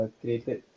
created